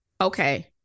Okay